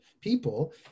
people